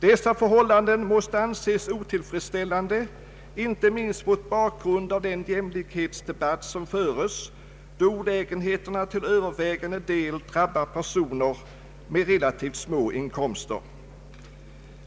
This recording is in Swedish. Dessa förhållanden måste anses otillfredsställande, inte minst mot bakgrund av den jämlikhetsdebatt som föres, då olägenheterna till övervägande del drabbar personer med relativt små inkomster.